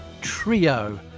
trio